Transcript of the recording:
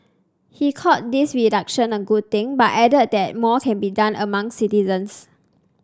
he called this reduction a good thing but added that more can be done among citizens